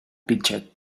pitched